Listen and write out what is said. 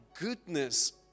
goodness